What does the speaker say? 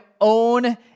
own